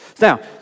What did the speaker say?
Now